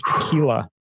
tequila